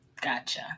Gotcha